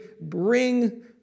bring